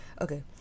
okay